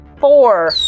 Four